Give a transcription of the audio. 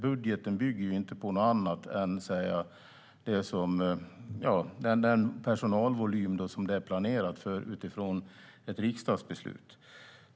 Budgeten bygger inte på något annat än den planerade personalvolymen med utgångspunkt i ett riksdagsbeslut.